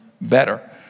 better